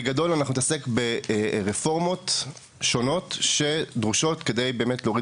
בגדול אנחנו נתעסק ברפורמות שונות שדרושות כדי להוריד